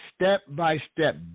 step-by-step